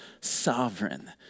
sovereign